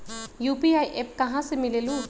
UPI app कहा से मिलेलु?